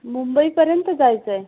मुंबईपर्यंत जायचंय